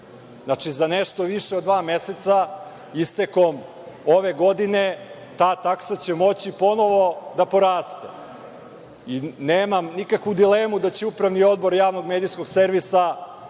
Znači, za nešto više od dva meseca, istekom ove godine, ta taksa će moći ponovo da poraste i nemam nikakvu dilemu da će Upravni odbor Javnog medijskog servisa,